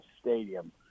stadium